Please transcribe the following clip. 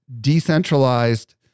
decentralized